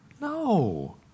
No